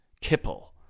kipple